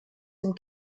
dem